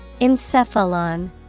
Encephalon